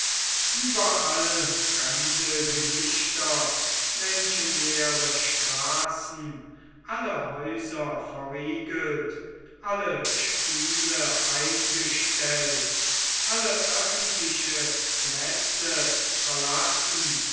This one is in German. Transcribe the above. ueberall fremde gesichter menschenleere straßen alle häuser verriegelt alle spiele eingestellt alle öffentlichen plätze verlassen